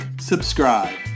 subscribe